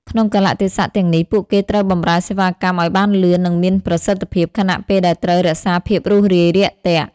ក្នុងកាលៈទេសៈទាំងនេះ ពួកគេត្រូវបម្រើសេវាកម្មឲ្យបានលឿន និងមានប្រសិទ្ធភាព ខណៈពេលដែលត្រូវរក្សាភាពរួសរាយរាក់ទាក់។